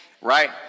right